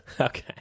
Okay